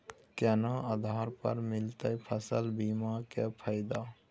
केना आधार पर मिलतै फसल बीमा के फैदा?